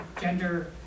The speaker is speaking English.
gender